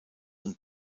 und